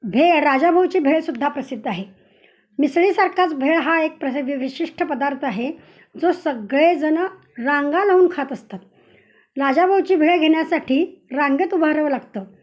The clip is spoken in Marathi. भेळ राजाभाऊची भेळसुद्धा प्रसिद्ध आहे मिसळीसारखाच भेळ हा एक वि विशिष्ट पदार्थ आहे जो सगळेजणं रांगा लावून खात असतात राजाभाऊची भेळ घेण्यासाठी रांगेत उभारावं लागतं